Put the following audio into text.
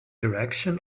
direction